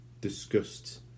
discussed